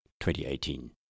2018